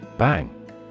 Bang